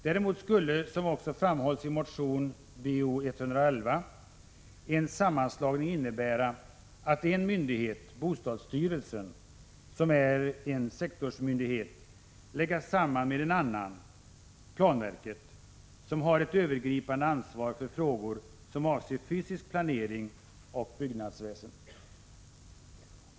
Däremot skulle, som också framhålls i motion Bolll, en sammanslagning innebära att en myndighet, bostadsstyrelsen, som är en sektorsmyndighet, läggs samman med en annan, planverket, som har ett övergripande ansvar för frågor som = Prot. 1986/87:50 avser fysisk planering och byggnadsväsen.